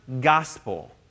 gospel